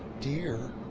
dear?